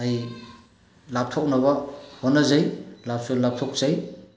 ꯑꯩ ꯂꯥꯞꯊꯣꯛꯅꯕ ꯍꯣꯠꯅꯖꯩ ꯂꯥꯞꯁꯨ ꯂꯥꯞꯊꯣꯛꯆꯩ